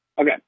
Okay